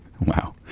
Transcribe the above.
Wow